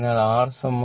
അതിനാൽ r 0